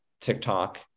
TikTok